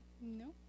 No